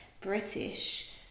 British